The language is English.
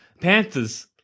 Panthers